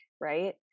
right